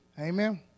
Amen